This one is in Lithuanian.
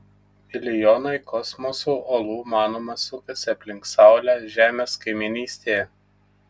milijonai kosmoso uolų manoma sukasi aplink saulę žemės kaimynystėje